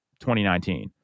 2019